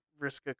Riska